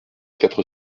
quatre